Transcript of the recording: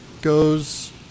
goes